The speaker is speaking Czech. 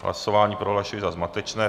Hlasování prohlašuji za zmatečné.